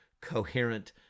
coherent